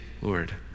Lord